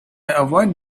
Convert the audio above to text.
avoid